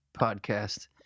podcast